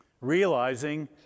realizing